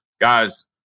Guys